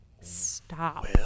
stop